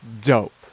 dope